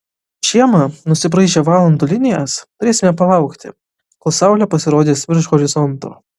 žiemą nusibraižę valandų linijas turėsime palaukti kol saulė pasirodys virš horizonto